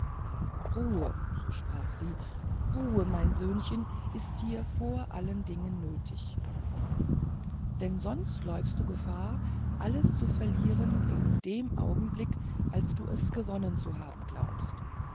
ruhe so sprach sie ruhe mein söhnchen ist dir vor allen dingen nötig denn sonst läufst du gefahr alles zu verlieren in dem augenblick als du es gewonnen zu haben glaubst